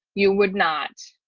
you would not,